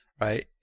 right